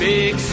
Big